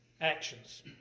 Actions